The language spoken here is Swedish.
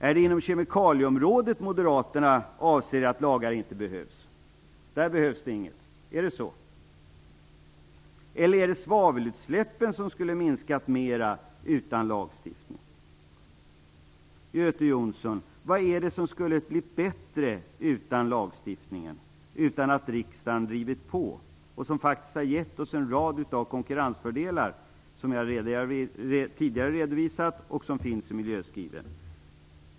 Är det inom kemikalieområdet som Moderaterna anser att det inte behövs lagar? Är det så? Eller menar Göte Jonsson att svavelutsläppen skulle ha minskat mer utan lagstiftning? Göte Jonsson, vad är det som skulle ha blivit bättre utan lagstiftning och utan att riksdagen hade drivit på? Detta har faktiskt gett oss en rad konkurrensfördelar som jag tidigare har redovisat och som tas upp i miljöskrivelsen.